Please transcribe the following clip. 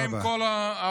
מה עם כל ההבטחות?